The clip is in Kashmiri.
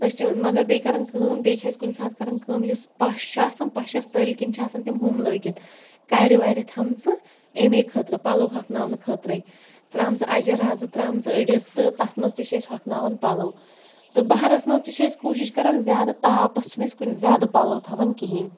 أسۍ چھِ مَگَر بیٚیہِ کَران کٲم بیٚیہِ چھِ أسۍ کُنہِ ساتہٕ کَران کٲم یُس پَش چھُ آسان پَشَس تٔلۍ کِنۍ چھِ آسان تِم ہُم لٲگِتھ کَرِ وَرِ تھمژٕ اٮ۪مے خٲطرٕ پَلَو ہۄکھناونہٕ خٲطرٕ ترامژٕ اجہِ رَزٕ ترامژٕ تہٕ أڈِس تہٕ تَتھ مَنٛز چھِ أسۍ ہۄکھناوان پَلَو تہٕ بَہرَس مَنٛز تہٕ چھِ أسۍ کوٗشِش کَران زیادٕ تاپَس چھِنہٕ أسۍ کُنہٕ زیادٕ پَلَو تھاوان کِہیٖنۍ